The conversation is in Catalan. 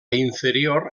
inferior